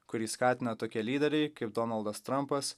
kurį skatina tokie lyderiai kaip donaldas trampas